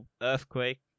earthquake